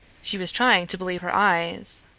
she was trying to believe her eyes.